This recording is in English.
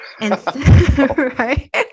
right